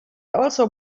also